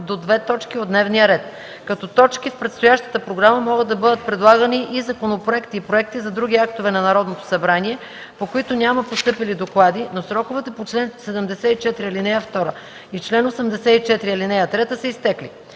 до две точки от дневния ред. Като точки в предстоящата програма могат да бъдат предлагани и законопроекти и проекти за други актове на Народното събрание, по които няма постъпили доклади, но сроковете по чл. 74, ал. 2 и чл. 84, ал. 3 са изтекли.